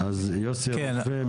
אז יוסי רופא,